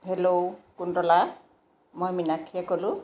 hello Kuntala মই মিনাক্ষীয়ে ক'লোঁ